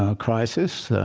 ah crisis.